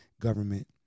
government